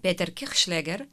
pėter kehšleger